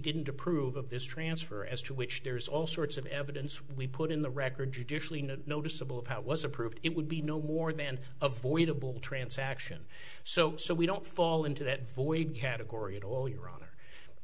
didn't approve of this transfer as to which there's all sorts of evidence we put in the record judicially no noticeable of how it was approved it would be no more than avoidable transaction so so we don't fall into that void category at all your honor